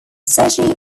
sergei